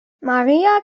maria